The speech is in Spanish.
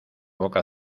boca